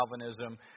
Calvinism